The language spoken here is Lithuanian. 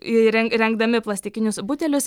ir ren rengdami plastikinius butelius